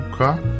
okay